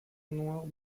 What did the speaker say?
noir